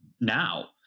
now